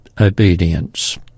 obedience